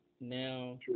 Now